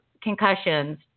concussions